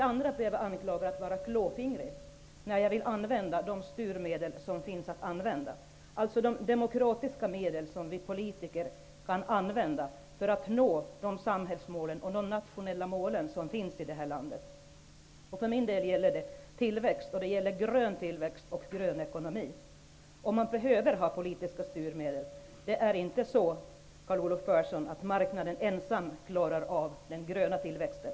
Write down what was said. Jag blev anklagad för att vara klåfingrig när jag ville använda de styrmedel som finns, alltså de demokratiska medel som vi politiker kan använda för att nå de samhällsmål och nationella mål som vi enats om i Sverige. För min del gäller det grön tillväxt och grön ekonomi. Man behöver ha politiska styrmedel, Carl Olov Persson. Marknaden ensam klarar inte av den gröna tillväxten.